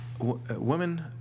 women